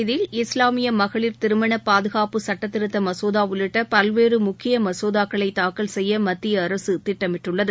இதில் இஸ்லாமியமகளிர் திருமணபாதுகாப்பு சுட்டத்திருத்தமசோதாஉள்ளிட்டபல்வேறுமுக்கியமசோதாக்களைதாக்கல் செய்யமத்திய அரசுதிட்டமிட்டுஉள்ளது